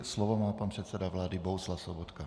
Slovo má pan předseda vlády Bohuslav Sobotka.